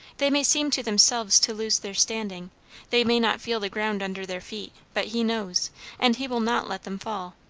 they may seem to themselves to lose their standing they may not feel the ground under their feet but he knows and he will not let them fall.